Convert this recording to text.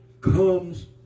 comes